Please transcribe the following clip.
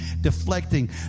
deflecting